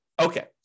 Okay